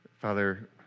Father